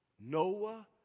Noah